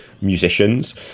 musicians